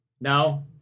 No